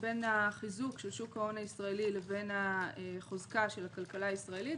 בין החיזוק של שוק ההון הישראלי לבין החוזקה של הכלכלה הישראלית.